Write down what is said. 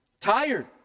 tired